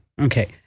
Okay